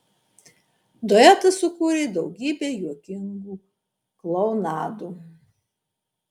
duetas sukūrė daugybę juokingų klounadų